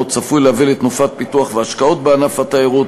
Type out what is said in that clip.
צפוי להביא לתנופת פיתוח והשקעות בענף התיירות,